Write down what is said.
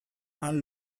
han